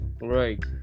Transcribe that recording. right